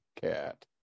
cat